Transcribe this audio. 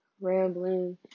rambling